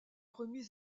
remise